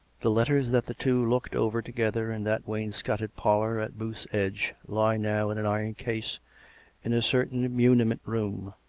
the letters that the two looked over together in that wainscoted parlour at booth's edge lie now in an iron case in a certain muniment-room.